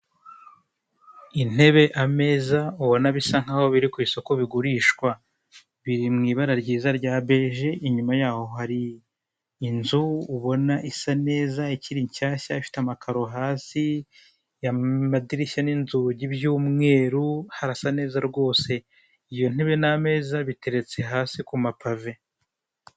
Intebe, ameza ubona ko bisa nk'aho biri ku isoko bigurishwa. Biri mu ibara ryiza rya beje. Inyuma yaho hari inzu ubona isa neza ikiri nshyashya. ifite amakaro hasi, amadirishya n'inzugi by'umweru, harasa neza rwose.